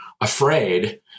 afraid